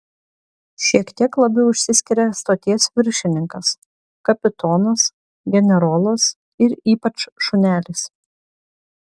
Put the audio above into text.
šiek tiek labiau išsiskiria stoties viršininkas kapitonas generolas ir ypač šunelis